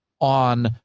on